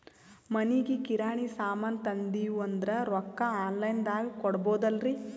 ಮನಿಗಿ ಕಿರಾಣಿ ಸಾಮಾನ ತಂದಿವಂದ್ರ ರೊಕ್ಕ ಆನ್ ಲೈನ್ ದಾಗ ಕೊಡ್ಬೋದಲ್ರಿ?